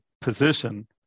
position